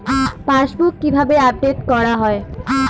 Passbook কিভাবে update করা হয়?